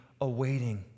awaiting